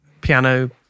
piano